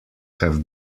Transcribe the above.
have